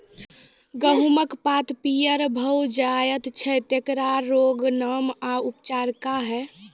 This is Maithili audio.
गेहूँमक पात पीअर भअ जायत छै, तेकरा रोगऽक नाम आ उपचार क्या है?